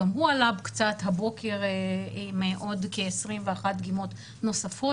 גם הוא עלה קצת הבוקר עם עוד כ-21 דגימות נוספות